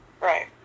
Right